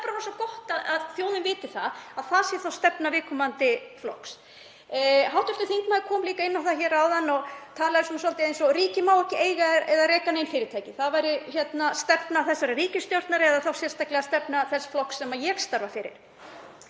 af þremur. Það er gott að þjóðin viti að það sé þá stefna viðkomandi flokks. Hv. þingmaður kom líka inn á það áðan og talaði svolítið eins og ríkið mætti ekki eiga eða reka nein fyrirtæki, það væri stefna þessarar ríkisstjórnar og þá sérstaklega stefna þess flokks sem ég starfa fyrir.